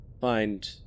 find